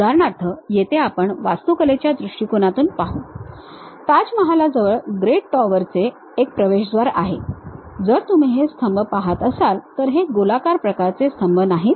उदाहरणार्थ येथे आपण वास्तुकलेच्या दृष्टिकोनातून पाहू ताजमहालाजवळ ग्रेट टॉवरचे एक प्रवेशद्वार आहे जर तुम्ही हे स्तंभ पहात असाल तर हे गोलाकार प्रकारचे स्तंभ नाहीत